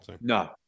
No